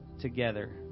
together